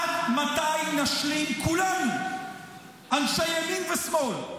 -- עד מתי נשלים כולנו, אנשי ימין ושמאל,